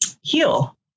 heal